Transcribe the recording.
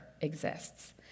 exists